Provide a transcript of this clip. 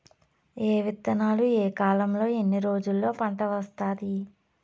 ఏ విత్తనాలు ఏ కాలంలో ఎన్ని రోజుల్లో పంట వస్తాది?